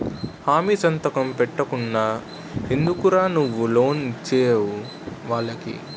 హామీ సంతకం పెట్టకుండా ఎందుకురా నువ్వు లోన్ ఇచ్చేవు వాళ్ళకి